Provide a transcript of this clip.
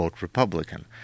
Republican